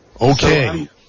Okay